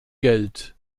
geld